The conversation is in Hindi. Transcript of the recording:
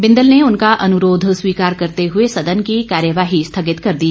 बिंदल ने उनका अनुरोध स्वीकार करते हुए सदन की कार्यवाही स्थगित कर दी